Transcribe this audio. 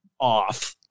off